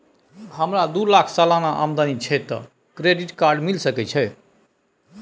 हमरा दू लाख सालाना आमदनी छै त क्रेडिट कार्ड मिल सके छै?